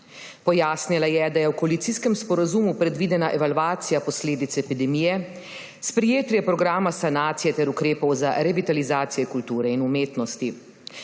Pojasnila je, da je v koalicijskem sporazumu predvidena evalvacija posledic epidemije, sprejetje programa sanacije ter ukrepov za relativizacijo kulture in umetnosti.